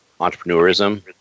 entrepreneurism